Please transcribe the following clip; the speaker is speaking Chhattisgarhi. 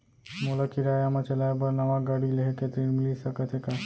मोला किराया मा चलाए बर नवा गाड़ी लेहे के ऋण मिलिस सकत हे का?